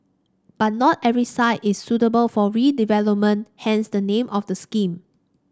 but not every site is suitable for redevelopment hence the name of the scheme